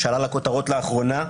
שעלה לכותרות לאחרונה,